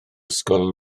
ysgol